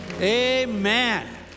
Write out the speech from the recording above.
Amen